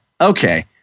Okay